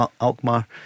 Alkmaar